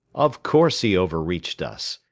of course he over-reached us.